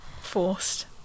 Forced